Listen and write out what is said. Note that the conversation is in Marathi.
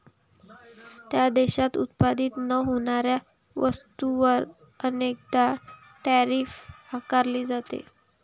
त्या देशात उत्पादित न होणाऱ्या वस्तूंवर अनेकदा टैरिफ आकारले जाते